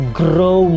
grow